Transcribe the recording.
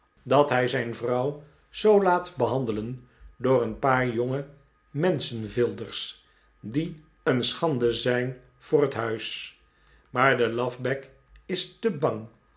dat hij zijn vrouw zoo laat behandelen door een paar jonge menschenvilders die een schande zijn voor het huis maar de lafbek is te bang